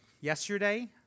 yesterday